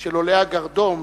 של עולי הגרדום